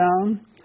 down